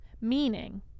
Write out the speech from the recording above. meaning